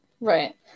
Right